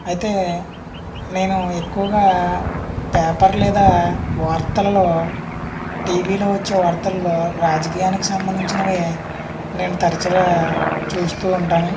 అయితే నేను ఎక్కువగా పేపర్ లేదా వార్తలలో టీవిలో వచ్చే వార్తలలో రాజకీయానికి సంబంధించినది నేను తరచుగా చూస్తూ ఉంటాను